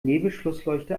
nebelschlussleuchte